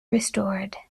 restored